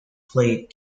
played